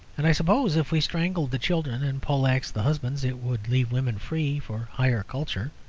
and i suppose if we strangled the children and poleaxed the husbands it would leave women free for higher culture.